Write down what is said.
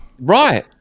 right